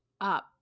up